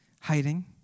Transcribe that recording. hiding